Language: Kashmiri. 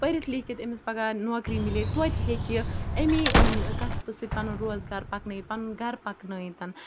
پٔرِتھ لیٖکھِتھ أمِس پَگاہ نوکری مِلہِ تویتہِ ہیٚکہِ یہِ ایٚمی کسبہٕ سۭتۍ پَنُن روزگار پَکنٲوِتھ پَنُن گَرٕ پَکنٲوِتھ